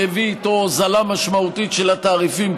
שהביא איתו הוזלה משמעותית של התעריפים,